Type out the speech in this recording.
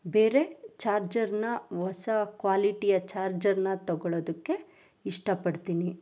ಬೇರೆ ಚಾರ್ಜರನ್ನ ಹೊಸ ಕ್ವಾಲಿಟಿಯ ಚಾರ್ಜರನ್ನ ತಗೊಳ್ಳೋದಕ್ಕೆ ಇಷ್ಟಪಡ್ತೀನಿ